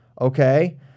okay